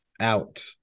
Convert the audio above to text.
out